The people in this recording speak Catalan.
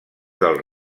del